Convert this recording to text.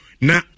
Now